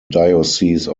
diocese